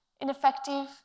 ineffective